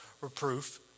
reproof